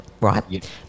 right